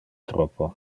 troppo